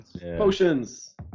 potions